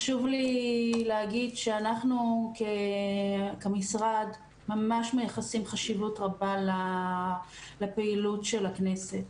חשוב לי להגיד שאנחנו כמשרד ממש מייחסים חשיבות רבה לפעילות של הכנסת.